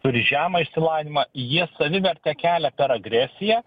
turi žemą išsilavinimą jie savivertę kelia per agresiją